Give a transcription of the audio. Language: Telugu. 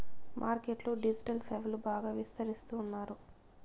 మార్కెట్ లో డిజిటల్ సేవలు బాగా విస్తరిస్తున్నారు